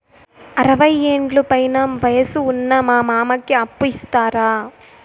అరవయ్యేండ్ల పైన వయసు ఉన్న మా మామకి అప్పు ఇస్తారా